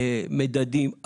מדדים,